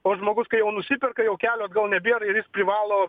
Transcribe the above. o žmogus kai jau nusiperka jau kelio atgal nebėra ir jis privalo